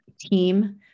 team